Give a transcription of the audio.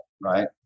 Right